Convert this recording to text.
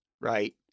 right